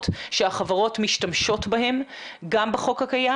שהחברות משתמשות בהן גם בחוק הקיים.